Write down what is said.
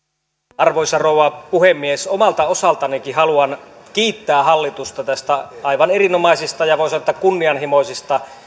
arvoisa rouva puhemies omalta osaltanikin haluan kiittää hallitusta näistä aivan erinomaisista ja voi sanoa kunnianhimoisista